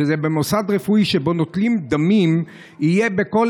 כך שבמוסד רפואי שבו נוטלים דמים יהיה בכל